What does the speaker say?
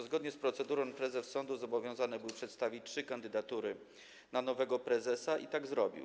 Zgodnie z procedurą prezes sądu zobowiązany był przedstawić trzy kandydatury na nowego prezesa i tak zrobił.